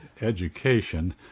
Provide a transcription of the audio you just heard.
education